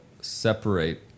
separate